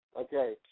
Okay